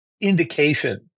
indication